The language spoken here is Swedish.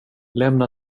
lämna